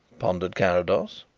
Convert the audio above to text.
pondered carrados.